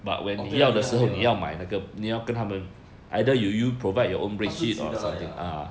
oh ya 对她没有买她自己的 lah ya